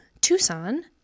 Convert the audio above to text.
Tucson